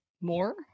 more